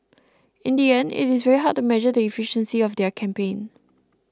in the end it is very hard to measure the efficiency of their campaign